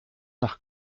nach